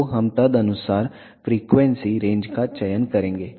तो हम तदनुसार फ्रीक्वेंसी रेंज का चयन करेंगे